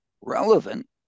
relevant